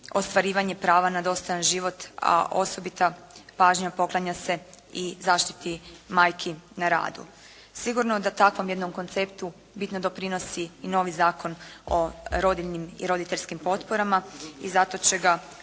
ostvarivanje prava na dostojan život, a osobita pažnja poklanja se i zaštiti majki na radu. Sigurno da takvom jednom konceptu bitno doprinosi i novi Zakon o rodiljinim i roditeljskim potporama i zato će ga